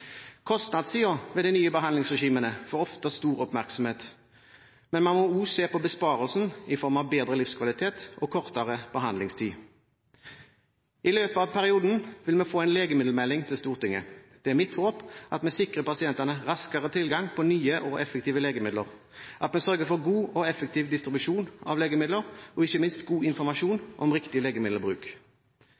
ved de nye behandlingsregimene får ofte stor oppmerksomhet, men man må også se på besparelsen i form av bedre livskvalitet og kortere behandlingstid. I løpet av perioden vil vi få en legemiddelmelding til Stortinget. Det er mitt håp at vi sikrer pasientene raskere tilgang på nye og effektive legemidler, og at vi sørger for god og effektiv distribusjon av legemidler og ikke minst god informasjon om riktig legemiddelbruk.